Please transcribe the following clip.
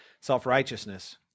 self-righteousness